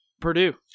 Purdue